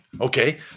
Okay